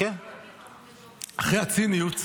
אחרי הציניות,